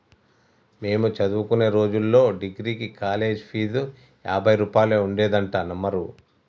మేము చదువుకునే రోజుల్లో డిగ్రీకి కాలేజీ ఫీజు యాభై రూపాయలే ఉండేదంటే నమ్మరు